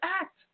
Act